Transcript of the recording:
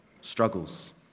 struggles